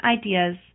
ideas